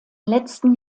letzten